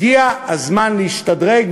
הגיע הזמן להשתדרג,